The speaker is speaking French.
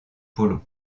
polo